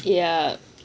ya